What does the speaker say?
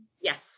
yes